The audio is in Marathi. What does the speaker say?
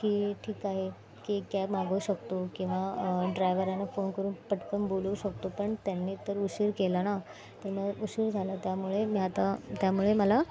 की ठीक आहे की कॅब मागवू शकतो किंवा ड्रायवराना फोन करून पटकन बोलवू शकतो पण त्यांनी तर उशीर केला ना त्यामुळे उशीर झाला त्यामुळे मी आता त्यामुळे मला